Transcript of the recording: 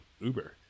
Uber